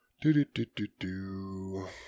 Do-do-do-do-do